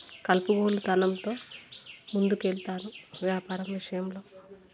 కలుపుగోలుతనంతో ముందుకెళ్తాను వ్యాపారం విషయంలో